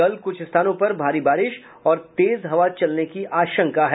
कल कुछ स्थानों पर भारी बारिश और तेज हवा चलने की आशंका है